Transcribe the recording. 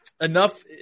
enough